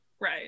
Right